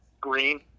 green